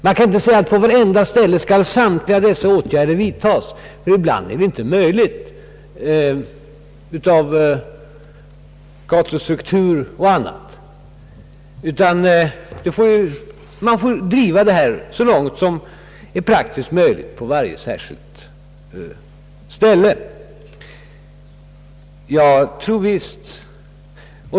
Man kan inte säga att samtliga dessa åtgärder skall vidtas på vartenda ställe, ty ibland är det inte möjligt på grund av gatustruktur och annat. Man får driva detta så långt som det är praktiskt möjligt på varje särskilt ställe.